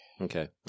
Okay